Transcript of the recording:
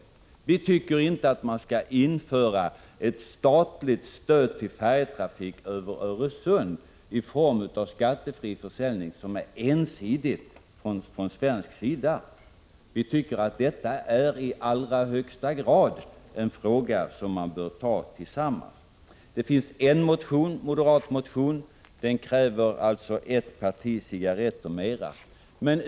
Man kan inte införa ett statligt stöd till färjetrafik över Öresund i form av en skattefri försäljning som är ensidig från svensk sida. Vi tycker att detta i allra högsta grad är en fråga som man bör lösa tillsammans.